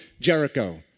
Jericho